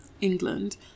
England